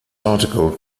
article